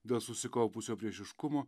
dėl susikaupusio priešiškumo